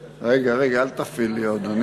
רגע, רגע, אל תפעיל לי עוד.